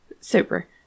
Super